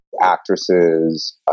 actresses